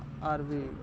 ଆର୍ ବିି